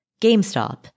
GameStop